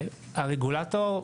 הרגולטור,